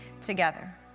together